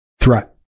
Threat